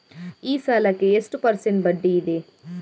ಈ ಸಾಲಕ್ಕೆ ಎಷ್ಟು ಪರ್ಸೆಂಟ್ ಬಡ್ಡಿ ಇದೆ?